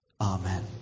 Amen